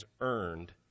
earned